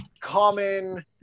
common